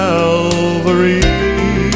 Calvary